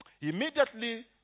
Immediately